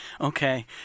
Okay